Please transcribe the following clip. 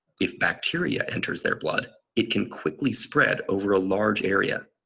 if bacteria enters their blood it can quickly spread over a large area.